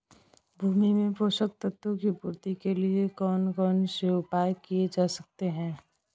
भूमि में पोषक तत्वों की पूर्ति के लिए कौन कौन से उपाय किए जा सकते हैं?